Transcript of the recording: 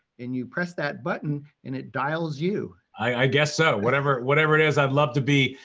and you press that button and it dials you. i guess so, whatever whatever it is, i'd love to be,